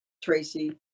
Tracy